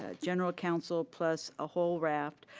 ah general counsel plus a whole rap,